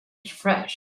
refreshed